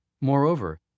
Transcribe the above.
Moreover